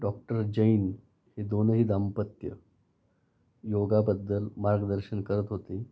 doctor Jain हे दोन्ही दांपत्य योगाबद्दल मार्गदर्शन करत होते